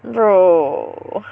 bro